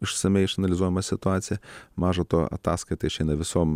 išsamiai išanalizuojama situacija maža to ataskaita išeina visom